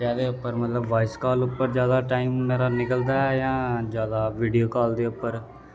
कैहदे उप्पर मतलब voice call उप्पर जादा टाईम मेरा निकलदा जां जादा वीडियो कॉल दे उप्पर